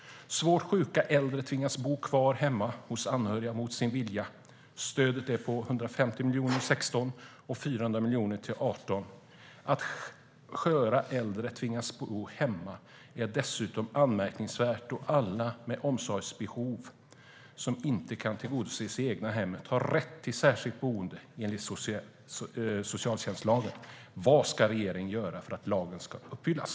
Svårt sjuka äldre tvingas bo kvar hemma hos anhöriga mot sin vilja. Stödet är på 150 miljoner 2016 och 400 miljoner till 2018. Att sköra äldre tvingas bo hemma är dessutom anmärkningsvärt då alla med omsorgsbehov som inte kan tillgodoses i det egna hemmet har rätt till särskilt boende enligt socialtjänstlagen. Vad ska regeringen göra för att lagen ska uppfyllas?